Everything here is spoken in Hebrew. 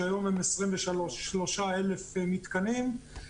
היום זה 23,000 מתקנים,